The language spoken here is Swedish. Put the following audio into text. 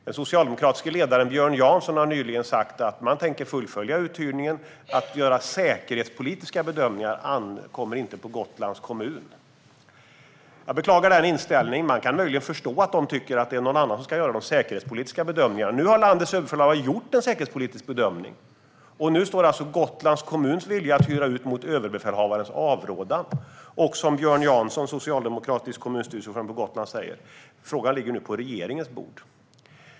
Den socialdemokratiska ledaren Björn Jansson har nyligen sagt att man tänker fullfölja uthyrningen och att det inte ankommer på Gotlands kommun att göra säkerhetspolitiska bedömningar. Jag beklagar den inställningen. Man kan möjligen förstå att de tycker att det är någon annan som ska göra de säkerhetspolitiska bedömningarna. Men nu har landets överbefälhavare gjort en säkerhetspolitisk bedömning, och Gotlands kommuns vilja att hyra ut står därmed mot överbefälhavarens avrådan. Som Björn Jansson, socialdemokratisk kommunstyrelseordförande på Gotland, säger: Frågan ligger nu på regeringens bord.